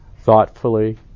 thoughtfully